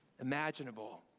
imaginable